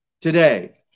today